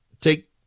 take